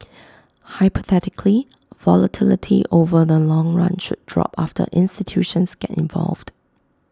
hypothetically volatility over the long run should drop after institutions get involved